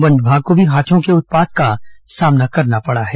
one विभाग को भी हाथियों के उत्पात का सामना करना पड़ा है